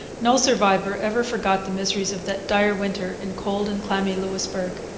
no survivor ever forgot the miseries of that dire winter in cold and clammy louisbourg.